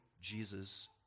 Jesus